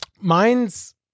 Mine's